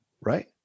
right